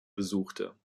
besuchte